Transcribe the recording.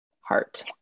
heart